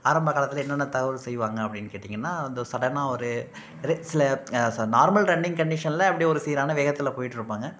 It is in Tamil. ஆரம்பக் காலத்தில் என்னென்ன தவறு செய்வாங்க அப்படின்னு கேட்டீங்கன்னால் அந்த சடனாக ஒரு ரேசில் ச நார்மல் ரன்னிங் கண்டிஷனில் அப்படியே ஒரு சீரான வேகத்தில் போயிகிட்ருப்பாங்க